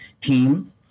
team